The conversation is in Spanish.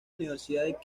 universidad